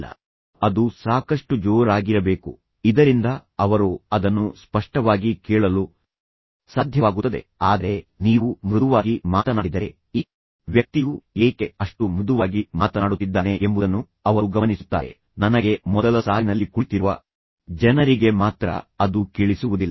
ಆದರೆ ನಾನು ಹೇಳುತ್ತಿರುವ ಅಂಶವೆಂದರೆ ಅದು ಸಾಕಷ್ಟು ಜೋರಾಗಿರಬೇಕು ಇದರಿಂದ ಅವರು ಅದನ್ನು ಸ್ಪಷ್ಟವಾಗಿ ಕೇಳಲು ಸಾಧ್ಯವಾಗುತ್ತದೆ ಆದರೆ ನೀವು ಮೃದುವಾಗಿ ಮಾತನಾಡಿದರೆ ಈ ವ್ಯಕ್ತಿಯು ಏಕೆ ಅಷ್ಟು ಮೃದುವಾಗಿ ಮಾತನಾಡುತ್ತಿದ್ದಾನೆ ಎಂಬುದನ್ನು ಅವರು ಗಮನಿಸುತ್ತಾರೆ ನನಗೆ ಮೊದಲ ಸಾಲಿನಲ್ಲಿ ಕುಳಿತಿರುವ ಜನರಿಗೆ ಮಾತ್ರ ಅದು ಕೇಳಿಸುವುದಿಲ್ಲ